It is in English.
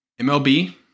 MLB